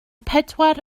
pedwar